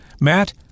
Matt